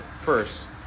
First